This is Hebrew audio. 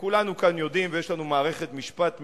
וכולנו כאן יודעים, ויש לנו מערכת משפט מפוארת,